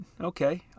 Okay